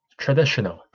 traditional